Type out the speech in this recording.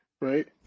right